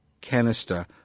canister